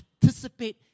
participate